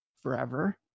forever